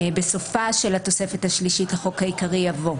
(2)בסופה של התוספת השלישית לחוק העיקרי יבוא: